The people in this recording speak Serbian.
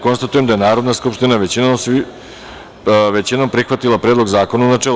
Konstatujem da je Narodna skupština većinom glasova prihvatila Predlog zakona, u načelu.